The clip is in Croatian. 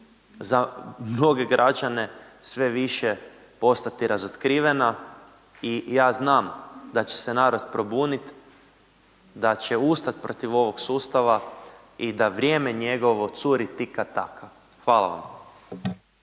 za mnoge građane sve više postati razotkrivena i ja znam da će se narod probunit, da će ustati protiv ovog sustava i da vrijeme njegovo curi, tika taka. Hvala vam.